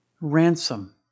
Ransom